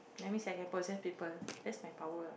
that means I can possess people that's my power